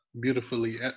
beautifully